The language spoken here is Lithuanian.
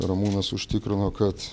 ramūnas užtikrino kad